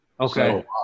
Okay